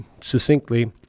succinctly